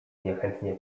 niechętnie